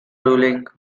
ruling